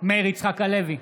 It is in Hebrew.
מאיר יצחק הלוי,